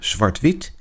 Zwart-wit